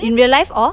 in real life or